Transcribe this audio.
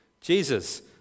Jesus